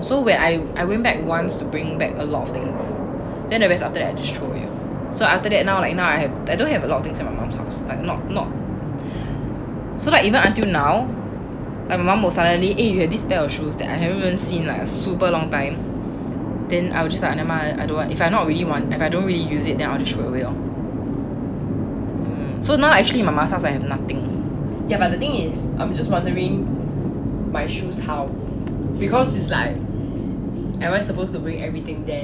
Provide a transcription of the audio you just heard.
no no no no no no no so when I I went back once and bring back a lot of things then wait after that I just throw it so after that like now I don't have a lots of things in my mum's house like not not so like even until now my mom would suddenly like eh you have this pair of shoes that I haven't even seen in like a super long time then I'll just like nevermind I don't want if I'm not really want if I don't really use it then I just throw away lor